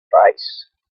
face